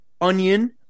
onion